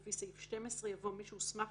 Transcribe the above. לפי סעיף 12" יבוא "מי שהוסמך